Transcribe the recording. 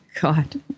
God